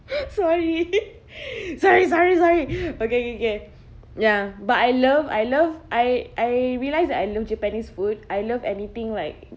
sorry sorry sorry sorry okay okay okay ya but I love I love I I realised that I love japanese food I love anything like